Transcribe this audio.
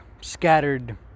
scattered